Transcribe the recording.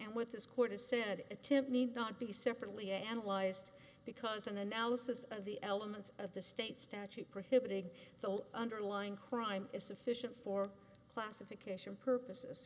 and what this court has said attempt need not be separately analyzed because an analysis of the elements of the state statute prohibiting the old underlying crime is sufficient for classification purposes